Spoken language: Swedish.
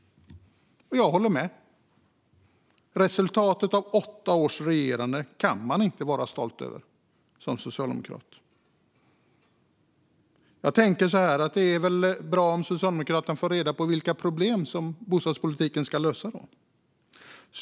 Jag håller med. Resultatet av åtta års regerande kan man inte vara stolt över som socialdemokrat. Jag tänker att det är bra om Socialdemokraterna får reda på vilka problem som bostadspolitiken ska lösa.